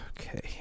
okay